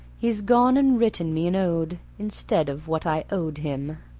he's gone and written me an ode, instead of what i owed him.